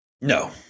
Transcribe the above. No